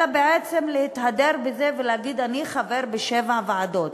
אלא בעצם להתהדר בזה ולהגיד: אני חבר בשבע ועדות,